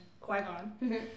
Qui-Gon